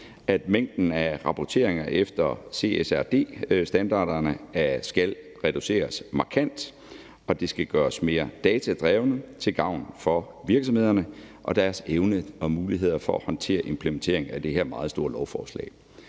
at mængden af rapporteringer efter CSRD-standarderne skal reduceres markant, og det skal gøres mere datadrevet til gavn for virksomhederne og deres evne til og muligheder for at håndtere implementeringen af det her meget store lovforslag.